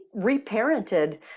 reparented